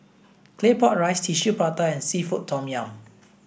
claypot rice tissue prata and seafood tom yum